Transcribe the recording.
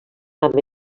amb